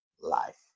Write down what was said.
life